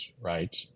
right